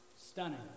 Stunning